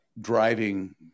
driving